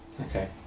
Okay